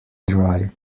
dry